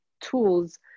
tools